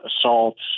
assaults